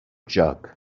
jug